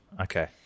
Okay